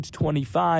25